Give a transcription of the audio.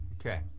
okay